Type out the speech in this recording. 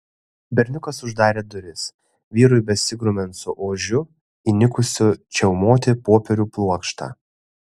berniukas uždarė duris vyrui besigrumiant su ožiu įnikusiu čiaumoti popierių pluoštą